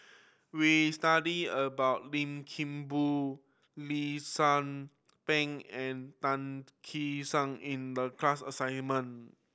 we studied about Lim Kim Boon Lee Tzu Pheng and Tan Kee Sek in the class assignment